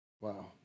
Wow